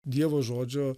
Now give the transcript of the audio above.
dievo žodžio